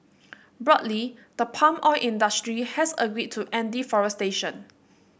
broadly the palm oil industry has agreed to end deforestation